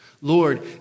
Lord